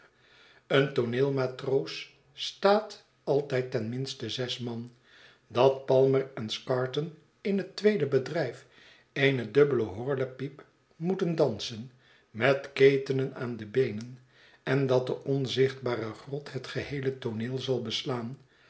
een tooneelmatroos staat altijd ten minste zes man dat palmer en scarton in het tweede bedrijf eene dubbele horlepijp moeten dansen met ketenen aan de beenen en dat de onzichtbare grot het geheele tooneel zal beslaan